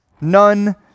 none